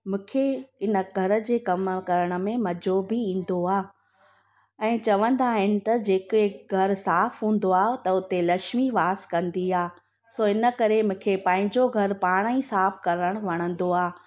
मूंखे इन घर जे कमु करण में मज़ो बि ईंदो आहे ऐं चवंदा आहिनि त जेके घरु साफ़ु हूंदो आहे त हुते लक्ष्मी वास कंदी आहे सो इन करे मूंखे पंहिंजो घरु पाण ई साफ़ु करणु वणंदो आहे